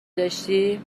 داشتی